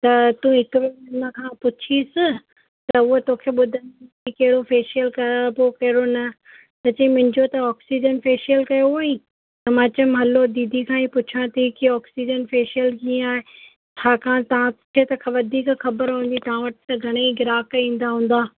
त तू हिकु वरी हुन खां पुछीसि त उहा तोखे ॿुधाईंदी कहिड़ो फेशियल कयां कहिड़ो न त चयांई मुंहिंजो न ऑक्सीजन फेशियल कयो हुअईं त मां चयोमि हलो दीदी खां ई पुछां थी कि ऑक्सीजन फेशियल कीअं आहे छाकाणि तव्हां खे त वधीक ख़बर हूंदी तव्हां वटि त घणे ई ग्राहक ईंदा हूंदा